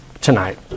tonight